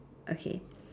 okay